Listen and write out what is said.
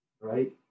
right